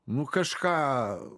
nu kažką